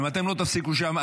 אם אתם לא תפסיקו שם,